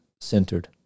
Centered